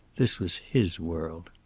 this was his world.